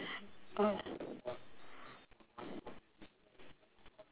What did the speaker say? oh